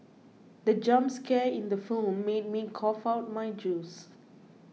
the jump scare in the film made me cough out my juice